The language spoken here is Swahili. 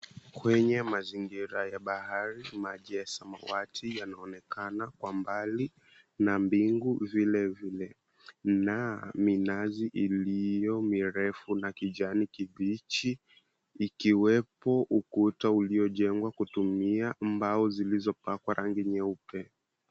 Kwenye mazingira ya bahari maji ya samawati yanaonekana kwa mbali na mbingu vile vile na minazi iliyomirefu ya kijani kibichi, ikiwepo ukuta uliojengwa kutumia mbao zilizopakwa rangi nyeupe.